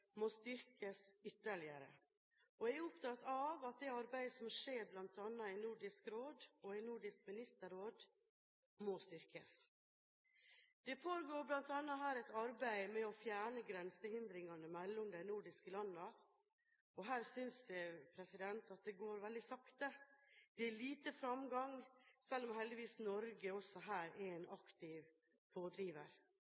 må styrkes ytterligere, og jeg er opptatt av at det arbeidet som skjer bl.a. i Nordisk Råd og i Nordisk Ministerråd, må styrkes. Det pågår bl.a. her et arbeid med å fjerne grensehindringene mellom de nordiske landene, og her synes jeg at det går veldig sakte. Det er lite fremgang, selv om heldigvis Norge også her er en